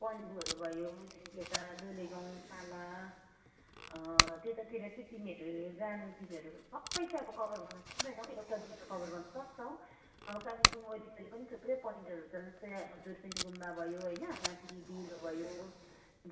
पन्बुहरू भयो त्यहाँदेखि यता लोले गाउँ पाला त्यतातिर चाहिँ तिमीहरू जानु तिमीहरू सबै चाहिँ अब कभर गर्नु सक्दैन एउटा दुईवटा कभर गर्नुसक्छौ अब कालिम्पोङ वरिपरि पनि थुप्रै पोइन्टहरू छ जस्तै अब दुर्पिन गुम्बा भयो होइन माथि डेलो भयो